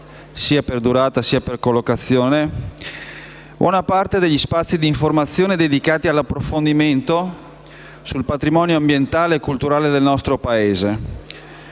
sia per durata sia per collocazione, una parte degli spazi d'informazione dedicata all'approfondimento sul patrimonio ambientale e culturale del nostro Paese: